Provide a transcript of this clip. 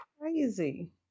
crazy